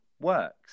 works